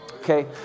Okay